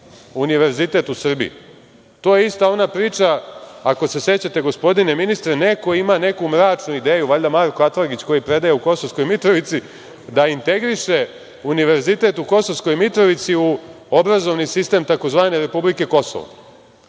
univerzitet u Srbiji. To je ista ona priča, ako se sećate gospodine ministre, neko ima neku mračnu ideju, valjda Marko Atlagić koji predaje u Kosovskoj Mitrovici da integriše Univerzitet u Kosovskoj Mitrovici u obrazovni sistem tzv. republike kosovo. Sada